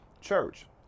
church